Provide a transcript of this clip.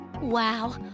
Wow